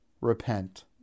repent